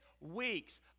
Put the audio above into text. weeks